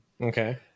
Okay